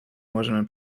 możemy